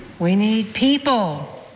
we need people.